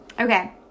Okay